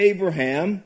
Abraham